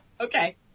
Okay